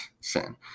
sin